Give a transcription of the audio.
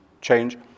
change